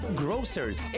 grocers